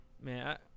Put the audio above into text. Man